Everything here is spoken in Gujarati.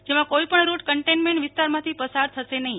જેમાં કોઈ પણ રૂટ કન્ટેન્ટમેન્ટ વિસ્તારમાંથી પસાર થશે નહિ